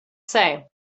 say